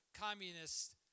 communists